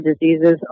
diseases